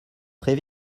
très